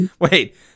Wait